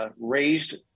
raised